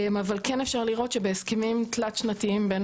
כן אפשר לראות שבהסכמים תלת-שנתיים בין